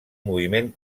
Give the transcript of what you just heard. moviment